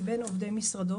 מבין עובדי משרדו,